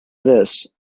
this